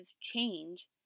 change